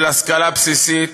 של השכלה בסיסית,